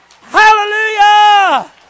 Hallelujah